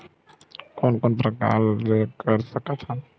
कोन कोन से प्रकार ले कर सकत हन?